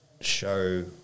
show